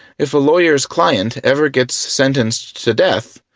if a lawyer's client ever gets sentenced to death,